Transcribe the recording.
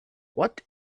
what